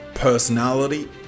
personality